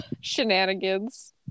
shenanigans